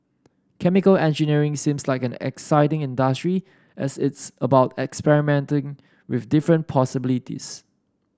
chemical engineering seems like an exciting industry as it's about experimenting with different possibilities